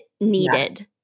needed